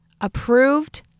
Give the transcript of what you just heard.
approved